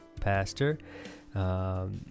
pastor